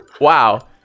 wow